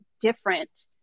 different